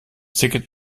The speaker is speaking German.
ticket